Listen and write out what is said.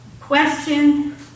Question